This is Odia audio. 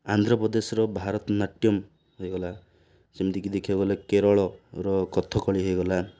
ଆନ୍ଧ୍ରପ୍ରଦେଶର ଭାରତନାଟ୍ୟମ୍ ହେଇଗଲା ଯେମିତିକି ଦେଖିବାକୁ ଗଲେ କେରଳର କଥକଲି ହେଇଗଲା